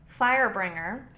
Firebringer